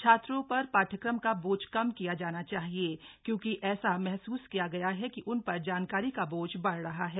छात्रों पर पाठ्यक्रम का बोझ कम किया जाना चाहिए क्योंकि ऐसा महसुस किया गया है कि उन पर जानकारी का बोझ बढ़ रहा है